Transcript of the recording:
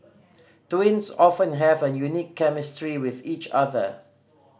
twins often have a unique chemistry with each other